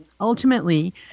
ultimately